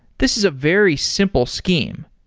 this is a very simple scheme.